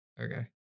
Okay